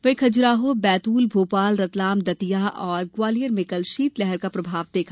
वहीं खज्राहो बैतूलभोपाल रतलातदतिया और ग्वालियर में कल शीतलहर का प्रभाव रहा